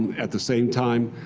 at the same time,